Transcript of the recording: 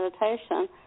meditation